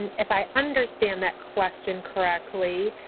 if i understand that question correctly,